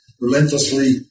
relentlessly